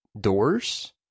doors